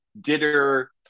dinner